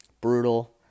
Brutal